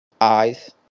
eyes